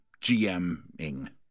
GMing